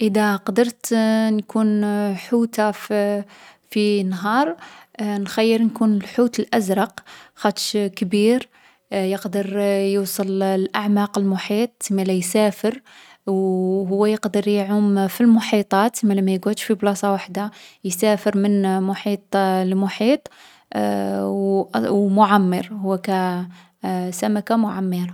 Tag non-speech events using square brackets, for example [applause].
ادا قدرت نكون حوتة فـ في نهار، نخيّر نكون الحوت الأزرق خاطش كبير، يقدر يوصل الـ الأعماق المحيط. تسمالا يسافر. او هو يقدر يعوم في المحيطات، تسمالا ما يقعدش في بلاصة وحدة يسافر من محيط لمحيط. [hesitation] او أصـ و معمّر. هو كـ [hesitation] سمكة معمّرة.